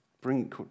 bring